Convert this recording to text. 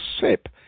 sip